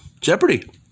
Jeopardy